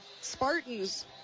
Spartans